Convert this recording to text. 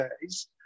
days